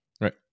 Right